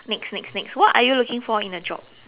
next next next what are you looking for in a job